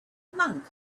monk